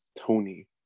Tony